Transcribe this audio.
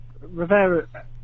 Rivera